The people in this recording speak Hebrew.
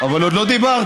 אבל עוד לא דיברתי.